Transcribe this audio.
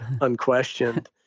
unquestioned